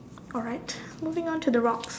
alright moving on to the rocks